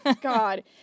God